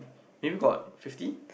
maybe got fifty